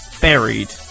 buried